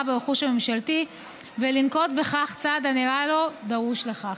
ברכוש ממשלתי ולנקוט כל צעד הנראה לו דרוש לכך.